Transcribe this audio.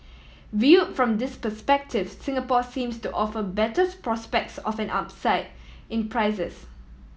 viewed from this perspective Singapore seems to offer betters prospects of an upside in prices